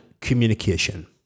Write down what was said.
communication